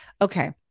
Okay